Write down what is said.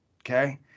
Okay